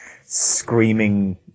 screaming